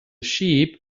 sheep